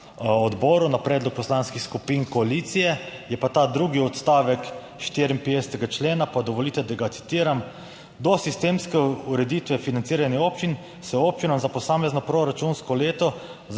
odboru na predlog poslanskih skupin koalicije, je pa ta drugi odstavek 54. člena, pa dovolite, da ga citiram: "Do sistemske ureditve financiranja občin se občinam za posamezno proračunsko leto